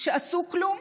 שעשו כלום.